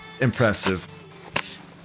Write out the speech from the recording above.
impressive